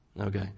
Okay